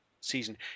season